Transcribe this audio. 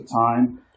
time